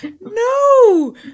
no